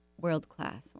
World-class